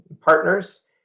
partners